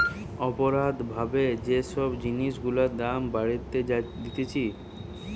অপরাধ ভাবে যে সব জিনিস গুলার দাম বাড়িয়ে দিতেছে